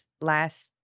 last